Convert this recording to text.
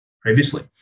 previously